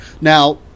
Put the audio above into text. Now